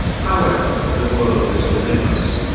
however, the world is within us.